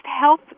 health